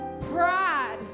pride